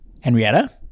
Henrietta